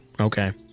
okay